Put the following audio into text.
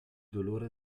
dolore